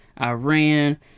Iran